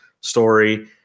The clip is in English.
story